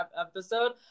episode